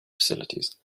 facilities